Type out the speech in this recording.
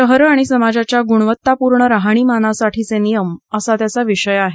शहरे आणि समाजाच्या गुणवत्तापूर्ण राहणीमानासाठीचे नियम असा या सत्राचा विषय आहे